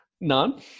None